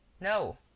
No